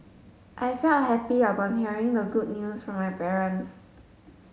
I felt happy upon hearing the good news from my parents